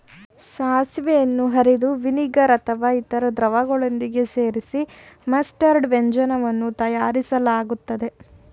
ಸಾಸಿವೆಯನ್ನು ಅರೆದು ವಿನಿಗರ್ ಅಥವಾ ಇತರ ದ್ರವಗಳೊಂದಿಗೆ ಸೇರಿಸಿ ಮಸ್ಟರ್ಡ್ ವ್ಯಂಜನವನ್ನು ತಯಾರಿಸಲಾಗ್ತದೆ